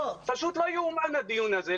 פשוט לא יאומן הדיון הזה.